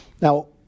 Now